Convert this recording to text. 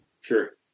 Sure